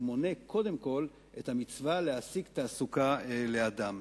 מונה קודם כול את המצווה להשיג תעסוקה לאדם.